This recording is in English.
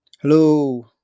Hello